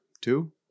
two